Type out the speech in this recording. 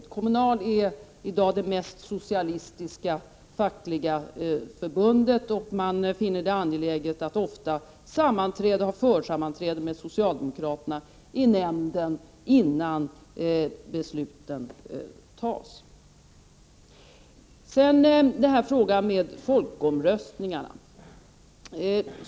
Kommunal är i dag det mest socialistiska fackförbundet, och man finner det. ofta angeläget att ha försammanträden med socialdemokraterna i nämnden, innan besluten fattas. Så till frågan om folkomröstningar.